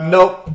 Nope